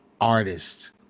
artist